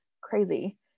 crazy